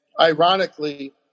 ironically